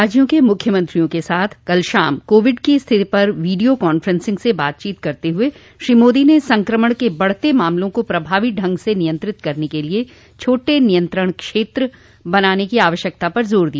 राज्यों के मुख्यमंत्रियों के साथ कल शाम कोविड की स्थिति पर वीडियो कॉन्फ्रेंसिंग से बातचीत करते हुए श्री मोदी ने संक्रमण के बढ़ते मामलों को प्रभावी ढंग से नियंत्रित करने के लिए छोटे नियंत्रण क्षेत्र बनाने की आवश्यकता पर जोर दिया